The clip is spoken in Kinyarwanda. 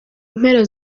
mpera